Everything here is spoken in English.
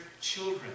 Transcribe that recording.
children